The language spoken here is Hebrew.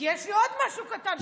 כי יש לי עוד משהו קטן.